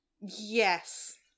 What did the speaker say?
Yes